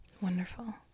wonderful